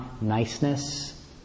niceness